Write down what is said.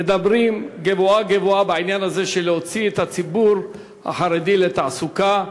מדברים גבוהה-גבוהה בעניין הזה של להוציא את הציבור החרדי לתעסוקה,